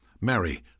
Mary